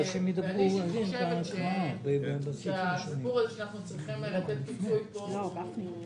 אישית אני חושבת שאנחנו צריכים לתת פיצוי חד-משמעית.